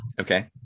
okay